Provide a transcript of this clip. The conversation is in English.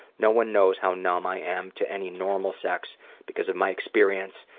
no one knows how numb i am to any normal sex because of my experience.